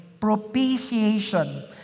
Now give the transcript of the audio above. propitiation